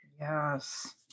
Yes